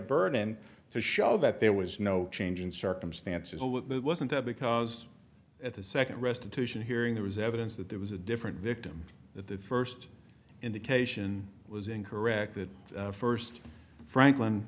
burden to show that there was no change in circumstances or with that wasn't because at the second restitution hearing there was evidence that there was a different victim that the first indication was incorrect that first franklin